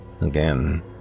Again